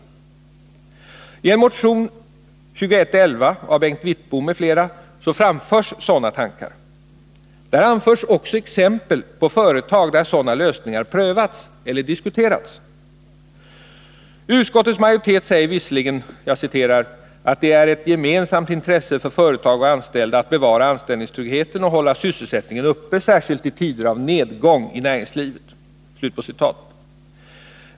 I motion 2111 av Bengt Wittbom m.fl. framförs sådana tankar. Där anförs också exempel på företag, i vilka sådana lösningar prövats eller diskuterats. Utskottets majoritet säger visserligen att ”det är ett gemensamt intresse för företag och anställda att bevara anställningstryggheten och hålla sysselsättningen uppe, särskilt i tider av nedgång i näringslivet”.